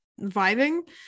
vibing